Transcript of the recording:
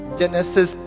genesis